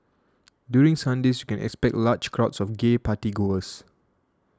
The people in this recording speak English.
during Sundays you can expect large crowds of gay party goers